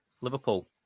Liverpool